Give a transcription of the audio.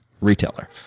retailer